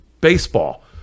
baseball